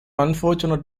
unfortunate